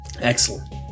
Excellent